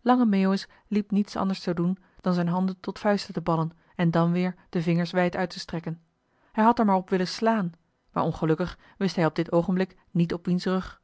lange meeuwis liep niets anders te doen dan zijn handen tot vuisten te ballen en dan weer de vingers wijd uit te strekken hij had er maar op willen slaan maar ongelukkig wist hij op dit oogenblik niet op wiens rug